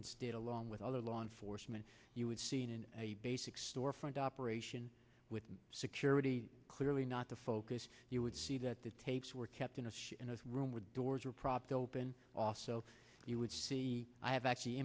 did along with other law enforcement you would see it in a basic storefront operation with security clearly not the focus you would see that the tapes were kept in a room with doors or propped open also you would see i have actually